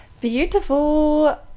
Beautiful